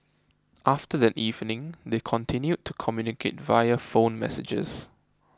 after that evening they continued to communicate via phone messages